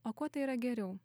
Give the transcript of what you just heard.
o kuo tai yra geriau